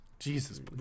Jesus